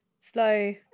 slow